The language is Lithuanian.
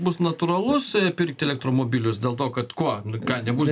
bus natūralus pirkt elektromobilius dėl to kad kuo ką nebus